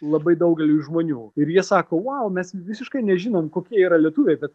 labai daugeliui žmonių ir jie sako vau mes visiškai nežinom kokie yra lietuviai bet